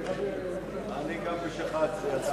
נתקבלו.